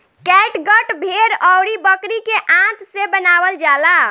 catgut भेड़ अउरी बकरी के आंत से बनावल जाला